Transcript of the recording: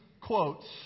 quotes